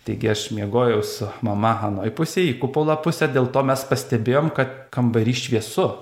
taigi aš miegojau su mama anoj pusėj į kupolą pusę dėl to mes pastebėjom kad kambary šviesu